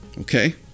Okay